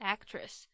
Actress 。